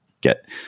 get